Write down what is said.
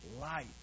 light